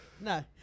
No